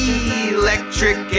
electric